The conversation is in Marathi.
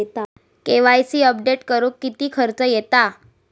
के.वाय.सी अपडेट करुक किती खर्च येता?